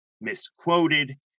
misquoted